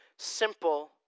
Simple